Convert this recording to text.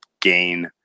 gain